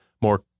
more